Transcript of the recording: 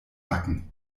backen